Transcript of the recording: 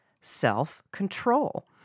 self-control